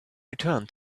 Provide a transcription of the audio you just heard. return